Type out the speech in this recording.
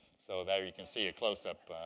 so there you can see a close up.